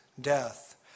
death